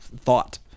thought